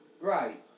Right